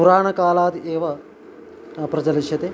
पुराणकालादेव प्रचलिष्यते